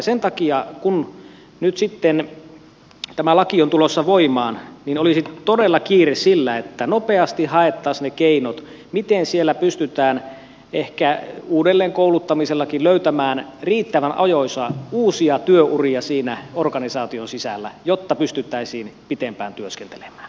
sen takia kun nyt sitten tämä laki on tulossa voimaan olisi todella kiire sillä että nopeasti haettaisiin ne keinot miten siellä pystytään ehkä uudelleenkouluttamisellakin löytämään riittävän ajoissa uusia työuria siinä organisaation sisällä jotta pystyttäisiin pitempään työskentelemään